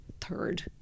third